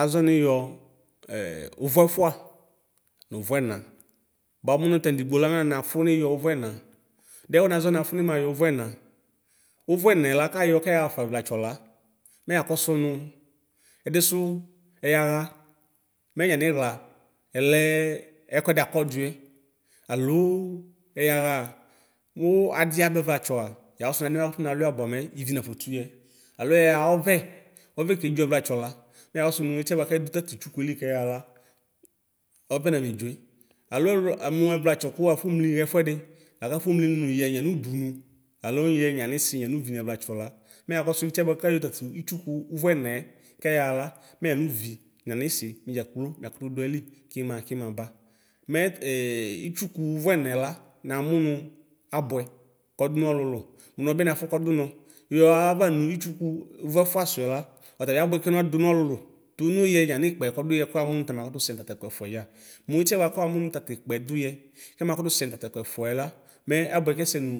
Azɔ ʋvʋɛfʋa nʋ ʋvʋ ɛna bʋa mʋ nɔtaba anidigbo la mɛ nafʋ niyɔ ʋvʋ ɛna dɛ kʋ nafʋ nʋ niyɛ ʋvʋɛna ʋvʋɛnɛ la kayɔ kɛyaxafa ɛvlatsɔ la mɛ yakɔsʋ nʋ ɛdisʋ ɛyaxa mɛ yanixla ɛlɛ ɛkʋɛdi akɔ dʋɛ alo ɛyaxa kʋ adi abɛvlatsɔ a yakɔsʋnɛnɛ kɔkalua bʋa kɔmɛ ivi nafɔtʋyɛ alo ɛyaxa ɔvɛ kedzo ɛvlatsɔ la mɛyakɔ sʋ nʋ itiɛ ɛdʋ tatʋ itsʋɛli kɛyaxa la ɔvɛ name dzoe alo ɛlʋ mʋ ɛvlatsɔ kʋ afɔmli xɛfʋɛdi lakʋ afɔ mli nʋ yɛ yemʋ ʋdʋnʋ alo yɛnʋ yanisi nʋ yanʋvi ɛvlatsɔ la mɛ yakɔsʋ nʋ itiɛ bʋakʋ ayɔ itsʋkʋ ʋvʋɛnɛ kɛyaxa la mɛ yanʋvi nʋ yanisi midza kplo miakʋtʋ dʋɛli kimaxa kimaba mɛ itsʋkʋ ʋvʋɛnɛ la namʋnʋ abʋɛ kɔdʋnʋ ɔlʋlʋ mʋnɔbi nafʋ kɔdʋnɔ yɔxayava nʋ itsʋkʋ ʋvʋɛfʋssʋɛ la ɔtabi abʋɛke nɔdʋnʋ ɔlʋlʋ tʋnʋ yɛ yanikpɛ kɔdʋyɛkrao kamʋnʋ tamakʋtʋ sɛnʋ tatɛkʋ ɛfʋɛdza mʋ itiɛ bʋakʋ amʋnʋ tatikpɛ dʋyɛ kɛmakʋtʋ sɛnʋ tatɛkʋ ɛfʋɛla mɛ abʋɛ kɛsɛnʋ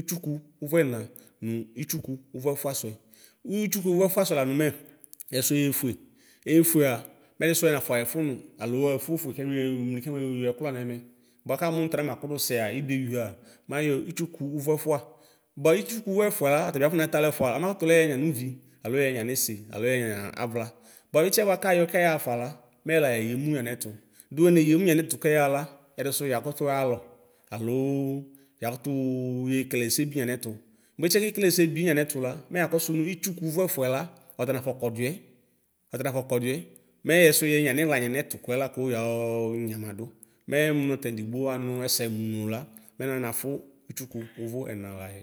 itsʋkʋ ʋvʋɛna nʋ itsʋkʋ ʋvʋɛfʋasʋɛ itsʋkʋ ʋvʋɛfʋa sʋɛ lanʋ mɛ ɛsʋ eyefʋe eyefʋea mɛ madisʋ anafɔxɛfʋ nʋ alo afɔfʋe kɛmemli kamayɔ ɛkʋ lanɛmɛ bʋakʋmʋnʋ tama makʋtʋsɛa idɔ ewiea mayɔ itsʋkʋ ʋvʋɛfʋa bʋa itsʋkʋ ʋvʋɛfʋɛla ɔtabi akɔnatɛ alʋ ɛfʋa ɔbakʋtʋ lɛ yɛnʋ yanʋvi alo yɛnʋ yanisi alo yɛnʋ avla bʋa nʋ itiɛ bʋakʋ ayɔ kɛyaxafa la mɛyɛla yeyemʋ nʋ yanɛtʋ dʋ eneyemʋ nʋ yanetʋ kɛyaxala ɛdisʋ yakʋtʋ alɔ alo yakʋtʋ yekele ɛsɛbi nʋ yanɛtʋ bʋa itiɛ kekele ɛsɛ binʋ yanɛtʋ la mɛyakɔsʋ nʋ itsʋkʋ ʋvʋɛfʋɛla mɛya kɔsʋnʋ itsʋkʋ ʋvʋɛfʋɛ tala ɔta nafɔ kodiɣɛ ɔta nafɔ kɔdʋ yɛ mɛ ɛdisʋ yɛnʋ yanixla yamɛtʋkʋɛ lakʋ yɔ nyamadʋ mɛ mʋ nɔta anidigbo anʋ ɛsɛ mʋ nʋ la mɛ nɔnafʋ itsʋkʋ ʋvʋ ɛna layɛ.